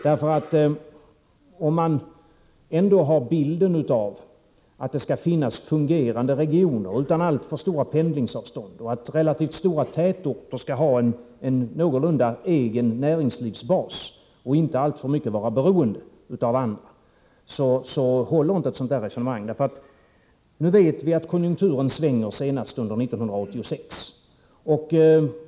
Men om man har en bild av att det skall finnas fungerande regioner, utan alltför stora pendlingsavstånd, och att relativt stora tätorter skall ha en någorlunda egen näringslivsbas och att de inte skall vara alltför beroende av andra orter, håller inte ett sådant resonemang. Vi vet ju att konjunkturen kommer att svänga senast under 1986.